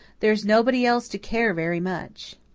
there's nobody else to care very much.